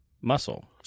muscle